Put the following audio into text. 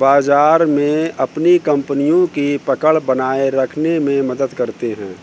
बाजार में अपनी कपनियों की पकड़ बनाये रखने में मदद करते हैं